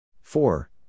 Four